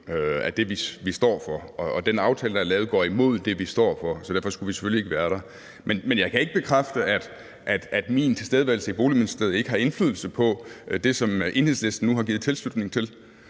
af det, vi står for, gennemført. Den aftale, der er lavet, går imod det, vi står for, så derfor skulle vi selvfølgelig ikke være der. Men jeg kan ikke bekræfte, at min tilstedeværelse i Boligministeriet ikke har haft indflydelse på det, som Enhedslisten nu har givet sin tilslutning til.